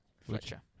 Fletcher